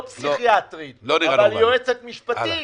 היא לא פסיכיאטרית,